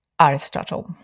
Aristotle